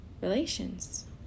relations